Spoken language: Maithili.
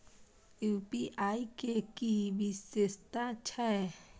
यू.पी.आई के कि विषेशता छै?